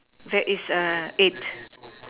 there is err eight